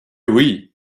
oui